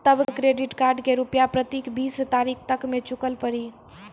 तब credit card के रूपिया प्रतीक बीस तारीख तक मे चुकल पड़ी?